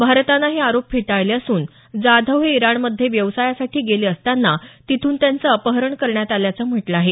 भारतानं हे आरोप फेटाळले असून जाधव हे इराणमध्ये व्यवसायासाठी गेले असताना तिथून त्यांचं अपहरण करण्यात आल्याचं म्हटलं आहे